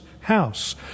house